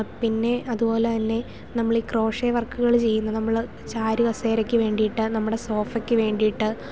പിന്നെ അതുപോലെ തന്നെ നമ്മൾ ഈ ക്രോഷ്യോ വർക്കുകൾ ചെയ്യുന്ന നമ്മൾ ചാരു കസേരയ്ക്ക് വേണ്ടിയിട്ട് നമ്മുടെ സോഫയ്ക്ക് വേണ്ടിയിട്ട്